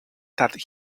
that